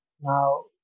now